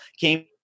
came